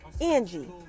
Angie